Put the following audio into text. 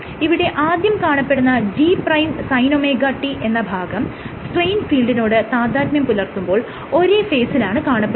ഇവിടെ ആദ്യം കാണപ്പെടുന്ന G'sinωt എന്ന ഭാഗം സ്ട്രെയിൻ ഫീൽഡിനോട് താദാത്മ്യം പുലർത്തുമ്പോൾ ഒരേ ഫേസിലാണ് കാണപ്പെടുന്നത്